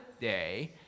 day